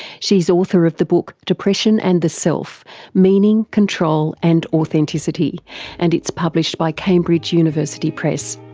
she's author of the book depression and the self meaning, control and authenticity and it's published by cambridge university press.